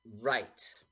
Right